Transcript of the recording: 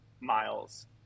miles